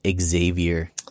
Xavier